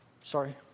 Sorry